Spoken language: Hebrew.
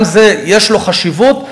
גם לזה יש חשיבות.